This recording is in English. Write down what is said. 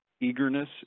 eagerness